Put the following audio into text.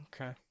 Okay